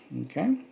Okay